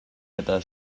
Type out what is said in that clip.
eta